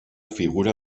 figura